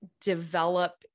develop